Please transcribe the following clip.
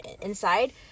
inside